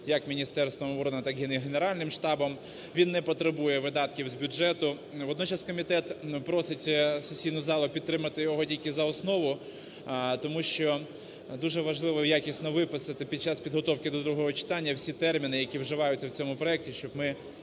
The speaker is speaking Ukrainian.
як Міністерством оборони, так і Генеральним штабом, він не потребує видатків з бюджету. Водночас комітет просить сесійну залу підтримати його тільки за основу, тому що дуже важливо якісно виписати під час підготовки до другого читання всі терміни, які вживаються в цьому проекті, щоб ми